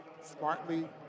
smartly